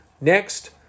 Next